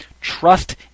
trust